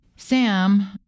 Sam